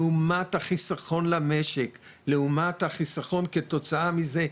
לעומת החיסכון למשק לעומת החיסכון כתוצאה מזה,